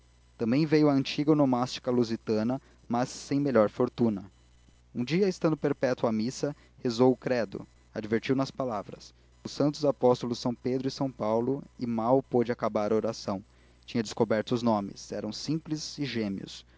também veio a antiga onomástica lusitana mas sem melhor fortuna um dia estando perpétua à missa rezou o credo advertiu nas palavras os santos apóstolos são pedro e são paulo e mal pôde acabar a oração tinha descoberto os nomes eram simples e gêmeos